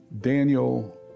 Daniel